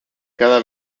cada